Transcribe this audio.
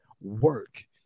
work